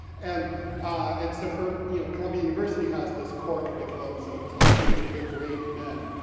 and and so for, you know columbia university has this core curriculum, so it's like, you know, the great men.